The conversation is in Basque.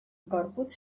gorputz